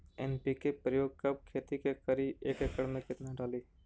NPK प्रयोग कब खेत मे करि एक एकड़ मे कितना डाली?